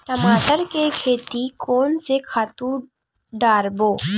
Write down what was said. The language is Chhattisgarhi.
टमाटर के खेती कोन से खातु डारबो?